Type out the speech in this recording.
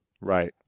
Right